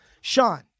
Sean